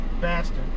bastard